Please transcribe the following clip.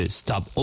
stop